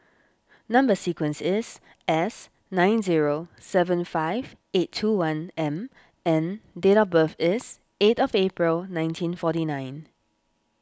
Number Sequence is S nine zero seven five eight two one M and date of birth is eight April nineteen forty nine